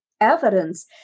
evidence